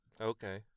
Okay